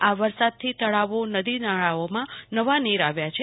આ વરસાદથી તળાવોનદી નાળાંઓમાં નવાં નીર આવ્યાં છે